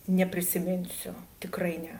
neprisiminsiu tikrai ne